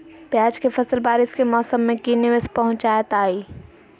प्याज के फसल बारिस के मौसम में की निवेस पहुचैताई?